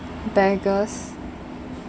beggars